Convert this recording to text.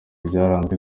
byaranzwe